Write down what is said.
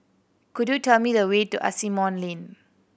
could you tell me the way to Asimont Lane